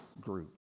group